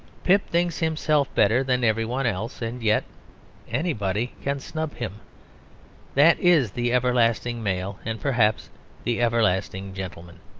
pip thinks himself better than every one else, and yet anybody can snub him that is the everlasting male, and perhaps the everlasting gentleman.